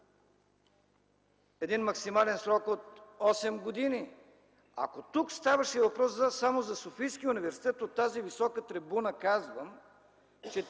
един максимален срок от осем години? Ако тук ставаше въпрос само за Софийския университет, от тази висока трибуна казвам, че